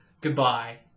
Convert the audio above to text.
goodbye